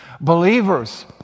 Believers